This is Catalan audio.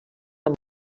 amb